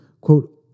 Quote